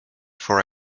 for